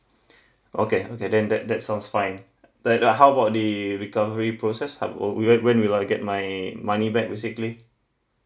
okay okay then that that sounds fine then how about the recovery process I will when when will I get my money back basically